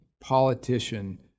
politician